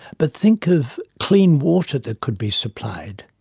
but think of clean water that could be supplied,